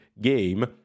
game